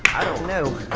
don't know?